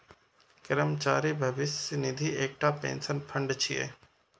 कर्मचारी भविष्य निधि एकटा पेंशन फंड छियै